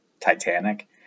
Titanic